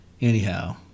Anyhow